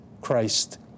Christ